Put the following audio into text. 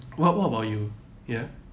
what what about you ya